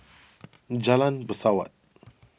Jalan Pesawat